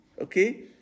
Okay